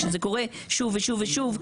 כשזה קורה שוב ושוב ושוב,